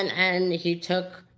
and and he took